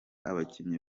abakinnyi